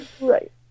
right